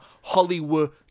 Hollywood